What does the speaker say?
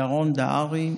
ירון דהרי.